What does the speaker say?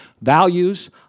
values